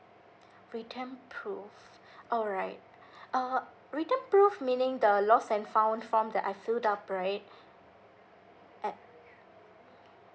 written proof all right uh written proof meaning the lost and found form that I filled up right at